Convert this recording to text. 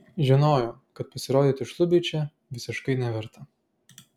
žinojo kad pasirodyti šlubiui čia visiškai neverta